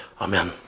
amen